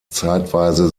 zeitweise